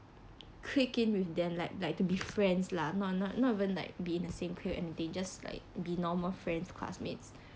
clique in with them like like to be friends lah not not not even like be in the same and they just like be normal friends classmates